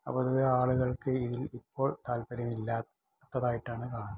പൊതുവേ ആളുകൾക്ക് ഇതിൽ ഇപ്പോൾ താൽപര്യമില്ലാത്തതായിട്ടാണ് കാണുന്നത്